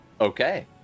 Okay